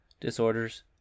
disorders